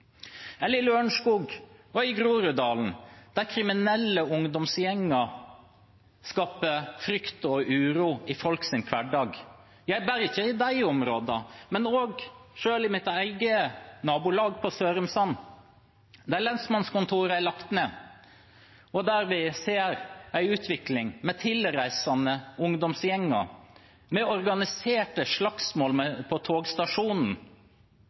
og i Groruddalen, der kriminelle ungdomsgjenger skaper frykt og uro i folks hverdag. Ja, ikke bare i de områdene, men selv i mitt eget nabolag på Sørumsand er lensmannskontoret lagt ned, og vi ser en utvikling med tilreisende ungdomsgjenger, med organiserte slagsmål på togstasjonen.